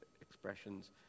expressions